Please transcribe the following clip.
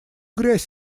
грязь